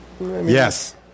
Yes